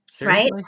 right